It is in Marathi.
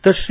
तर श्री